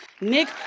Nick